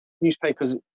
newspapers